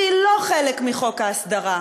שהיא לא חלק מחוק ההסדרה.